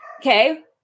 Okay